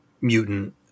mutant